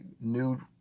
new